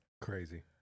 crazy